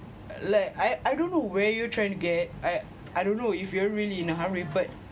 like I I don't know where you trying to get I I don't know if you are really in a hurry but